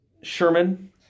Sherman